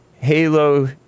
halo